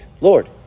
Lord